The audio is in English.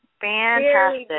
Fantastic